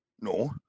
No